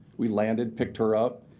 we landed, picked her up,